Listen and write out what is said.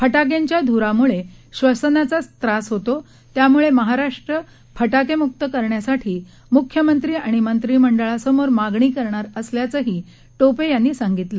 फटाक्यांच्या धुरामुळे श्वसनाचा त्रास होतो त्यामुळे महाराष्ट्र फटाकेमुक्त करण्यासाठी मुख्यमंत्री आणि मंत्रिमंडळासमोर मागणी करणार असल्याचंही टोपे यांनी सांगितलं